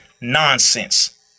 nonsense